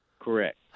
Correct